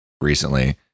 recently